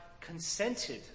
consented